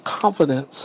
confidence